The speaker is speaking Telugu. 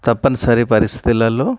తప్పనిసరి పరిస్థితులల్లో